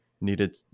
needed